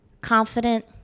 confident